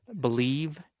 believe